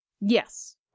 Yes